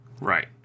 Right